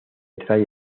trae